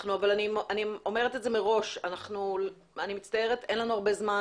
אני אומרת מראש, אני מצטערת, אין לנו הרבה זמן